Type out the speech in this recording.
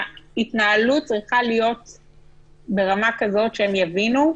ההתנהלות צריכה להיות ברמה כזאת שהם יבינו,